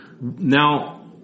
Now